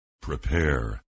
prepare